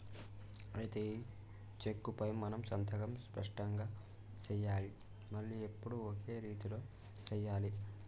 అయితే ఈ చెక్కుపై మనం సంతకం స్పష్టంగా సెయ్యాలి మళ్లీ ఎప్పుడు ఒకే రీతిలో సెయ్యాలి